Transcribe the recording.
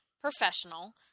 professional